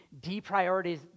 deprioritize